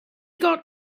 got